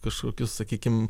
kažkokius sakykim